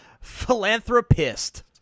Philanthropist